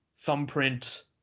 thumbprint